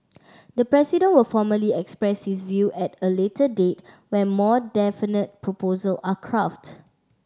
the President will formally express view at a later date when more definite proposals are crafted